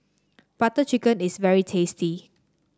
Butter Chicken is very tasty